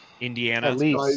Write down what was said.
Indiana